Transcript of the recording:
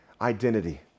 identity